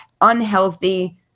unhealthy